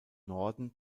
norden